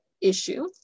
issue